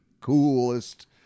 coolest